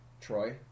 Troy